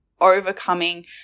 overcoming